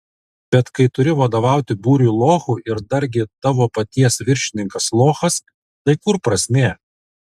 bet kai turi vadovauti būriui lochų ir dargi tavo paties viršininkas lochas tai kur prasmė